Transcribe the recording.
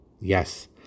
Yes